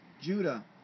Judah